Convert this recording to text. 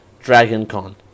DragonCon